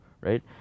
right